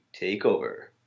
TakeOver